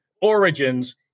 origins